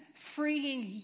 freeing